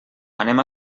anem